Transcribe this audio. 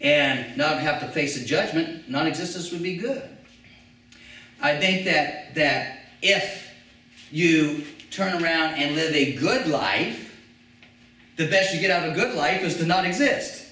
and not have to face a judgment nonexistence would be good i think that that if you turn around and live a good life the best you get out of a good life is the not exist